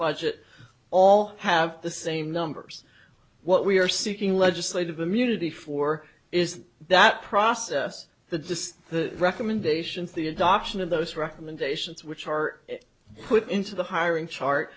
budget all have the same numbers what we are seeking legislative immunity for is that process the the recommendations the adoption of those recommendations which are put into the hiring chart